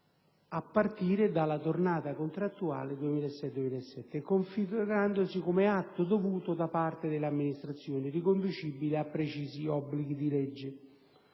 a partire dalla tornata contrattuale 2006-2007, configurandosi come atto dovuto da parte delle amministrazioni riconducibile a precisi obblighi di legge.